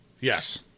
Yes